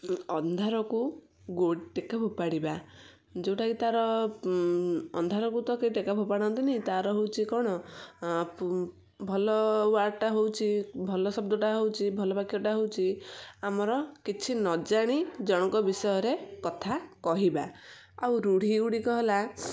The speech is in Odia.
ଅନ୍ଧାରକୁ ଟେକା ଫୋପାଡ଼ିବା ଯେଉଁଟା କି ତାର ଅନ୍ଧାରକୁ ତ କେହି ଟେକା ଫୋପାଡ଼ନ୍ତିନି ତାର ହେଉଛି କ'ଣ ଭଲ ୱାର୍ଡ଼ଟା ହେଉଛି ଭଲ ଶବ୍ଦଟା ହେଉଛି ଭଲ ବାକ୍ୟଟା ହେଉଛି ଆମର କିଛି ନ ଜାଣି ଜଣକ ବିଷୟରେ କଥା କହିବା ଆଉ ରୂଢ଼ି ଗୁଡ଼ିକ ହେଲା